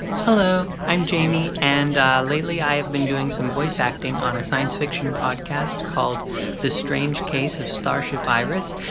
hello, i'm jamie and lately i have been doing some voice acting on a science fiction podcast called the strange case of starship iris.